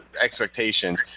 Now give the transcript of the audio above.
expectations